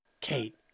Kate